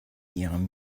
ihrem